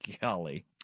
golly